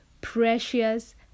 precious